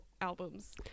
albums